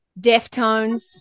Deftones